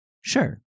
sure